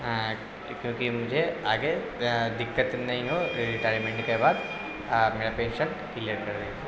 کیونکہ مجھے آگے دقت نہیں ہو ریٹائرمنٹ کے بعد میرا پیشن کلیئر کر دیجئے